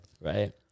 Right